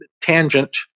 tangent